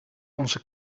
onze